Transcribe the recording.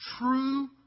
true